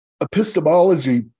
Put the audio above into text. Epistemology